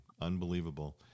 unbelievable